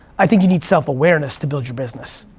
i think you need self-awareness to build your business.